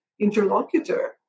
interlocutor